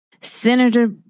Senator